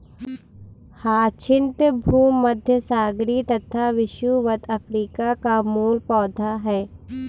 hyacinth भूमध्यसागरीय तथा विषुवत अफ्रीका का मूल पौधा है